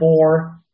four